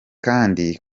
kandi